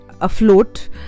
afloat